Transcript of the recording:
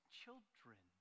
children